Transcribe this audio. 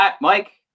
Mike